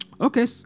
Okay